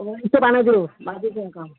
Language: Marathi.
पानं देऊ